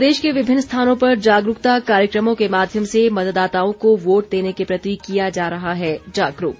प्रदेश के विभिन्न स्थानों पर जागरूकता कार्यक्रमों के माध्यम से मतदाताओं को वोट देने के प्रति किया जा रहा है जागरूक